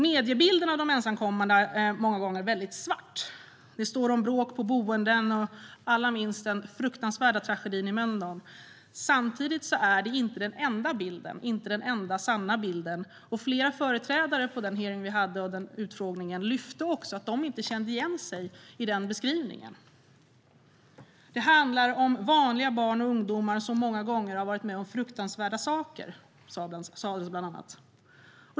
Mediebilden av de ensamkommande är många gånger mycket svart. Det står om bråk på boenden, och alla minns den fruktansvärda tragedin i Mölndal. Men samtidigt är det inte den enda bilden, inte den enda sanna bilden, och flera företrädare på den utfrågning som vi hade lyfte också upp att de inte kände igen sig i den beskrivningen. Det handlar om vanliga barn och ungdomar som många gånger har varit med om fruktansvärda saker, sa de bland annat.